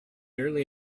early